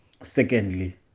Secondly